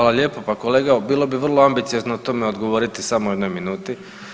Hvala lijepo, pa kolega bilo bi vrlo ambiciozno o tome odgovoriti samo u jednoj minuti.